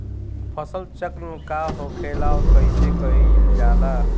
फसल चक्रण का होखेला और कईसे कईल जाला?